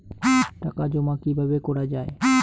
টাকা জমা কিভাবে করা য়ায়?